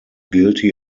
guilty